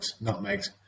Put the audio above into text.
nutmegs